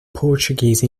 portuguese